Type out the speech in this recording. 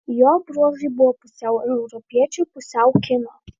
jo bruožai buvo pusiau europiečio pusiau kino